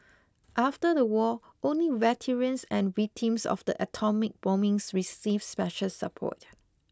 after the war only veterans and victims of the atomic bombings received special support